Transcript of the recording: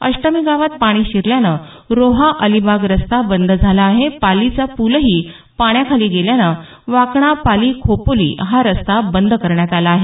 अष्टमी गावात पाणी शिरल्यानं रोहा अलिबाग रस्ता बंद झाला आहे पालीचा पूलही पाण्याखाली गेल्याने वाकणा पाली खोपोली हा रस्ता बंद करण्यात आला आहे